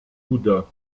bouddha